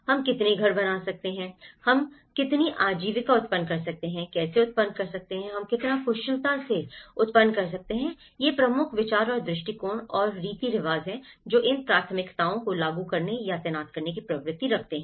हम कितने घर बना सकते हैं हम कितनी आजीविका उत्पन्न कर सकते हैं कैसे उत्पन्न कर सकते हैं हम कितनी कुशलता से उत्पन्न कर सकते हैं ये प्रमुख विचार और दृष्टिकोण और रीति रिवाज हैं जो इन प्राथमिकताओं को लागू करने या तैनात करने की प्रवृत्ति रखते हैं